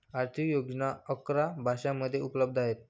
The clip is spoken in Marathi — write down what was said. आर्थिक योजना अकरा भाषांमध्ये उपलब्ध आहेत